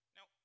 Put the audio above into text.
Now